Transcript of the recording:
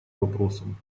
вопросом